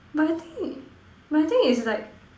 but I think it but I think is like